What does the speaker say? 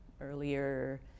earlier